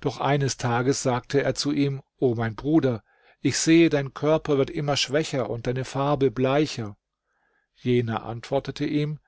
doch eines tages sagte er zu ihm o mein bruder ich sehe dein körper wird immer schwächer und deine farbe bleicher jener antwortete ihm